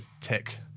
tech